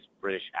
British